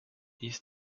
east